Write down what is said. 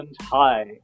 high